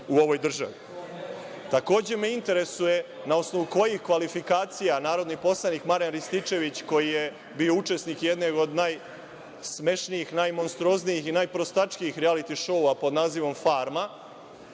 u ovoj državi. Takođe, me interesuje na osnovu kojih kvalifikacija narodni poslanik Marijan Rističević, koji je bio učesnik jedne od najsmešnijih, najmonstruoznijih i najprostačkijih rijaliti šoua pod nazivom „Farma“,